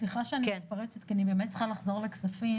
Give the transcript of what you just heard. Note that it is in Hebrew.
סליחה שאני מתפרצת כי אני באמת צריכה לחזור לכספים,